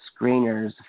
screeners